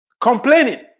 complaining